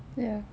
ya